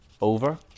over